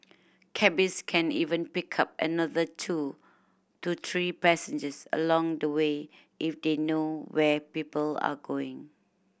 cabbies can even pick up another two to three passengers along the way if they know where people are going